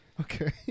Okay